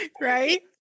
Right